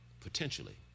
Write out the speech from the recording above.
potentially